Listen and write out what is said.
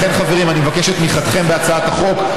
לכן, חברים, אני מבקש את תמיכתכם בהצעת החוק.